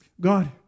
God